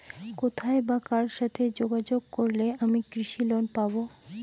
কোথায় বা কার সাথে যোগাযোগ করলে আমি কৃষি লোন পাব?